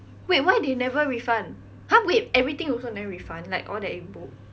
wait why they never refund !huh! wait everything also never refund like all that you book